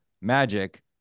magic